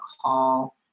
call